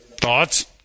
Thoughts